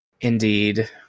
Indeed